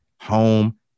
home